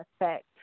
effect